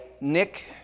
Nick